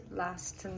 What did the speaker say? last